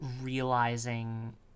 realizing